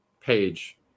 page